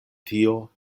tio